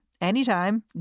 anytime